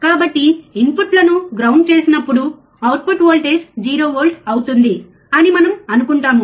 కాబట్టి ఇన్పుట్లను గ్రౌండ్ చేసినప్పుడు అవుట్పుట్ వోల్టేజ్ 0 వోల్ట్ అవుతుంది అని మనం అనుకుంటాము